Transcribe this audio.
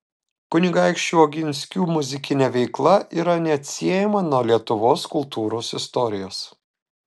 kunigaikščių oginskių muzikinė veikla yra neatsiejama nuo lietuvos kultūros istorijos